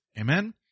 Amen